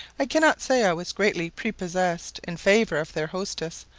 i cannot say i was greatly prepossessed in favour of their hostess,